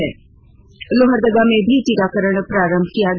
वहीं लोहरदगा में भी टीकाकरण प्रारंभ किया गया